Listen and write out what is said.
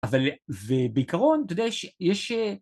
אבל ובעיקרון אתה יודע יש אהה. יש אהה..